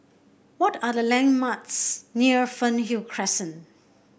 what are the landmarks near Fernhill Crescent